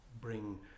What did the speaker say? bring